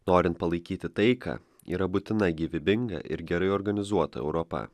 norint palaikyti taiką yra būtina gyvybinga ir gerai organizuota europa